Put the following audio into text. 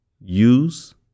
Use